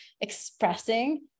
expressing